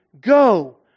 Go